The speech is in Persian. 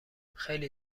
خیلی